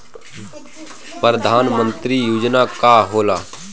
परधान मंतरी योजना का होला?